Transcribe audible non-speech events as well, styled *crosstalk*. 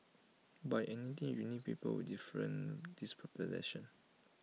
but in any team you need people with different *unintelligible* position